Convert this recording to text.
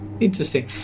Interesting